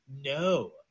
No